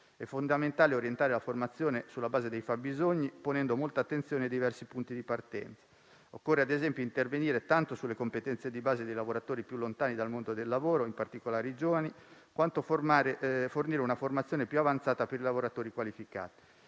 È fondamentale orientare la formazione sulla base dei fabbisogni, ponendo molta attenzione ai diversi punti di partenza. Occorre - ad esempio - intervenire tanto sulle competenze di base dei lavoratori più lontani dal mondo del lavoro, in particolare i giovani, quanto fornire una formazione più avanzata ai lavoratori qualificati.